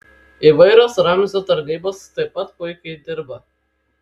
įvairios ramzio tarnybos taip pat puikiai dirba